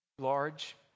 large